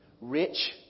rich